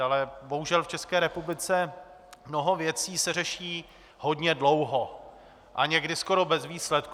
Ale bohužel v České republice se mnoho věcí řeší hodně dlouho a někdy skoro bez výsledku.